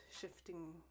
shifting